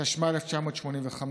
התשמ"ה 1985,